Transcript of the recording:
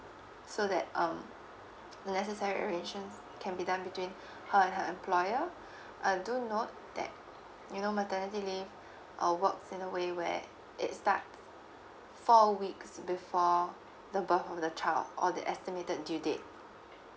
so that um the necessary arrangements can be done between her and her employer uh do note that you know maternity leave uh works in a way where it start four weeks before the birth of the child or the estimated due date